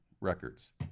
records